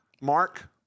Mark